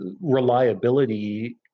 reliability